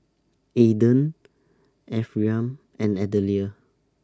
Aydan Ephriam and Adelia